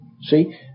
see